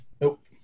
Nope